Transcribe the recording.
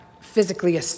physically